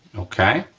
okay,